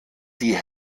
die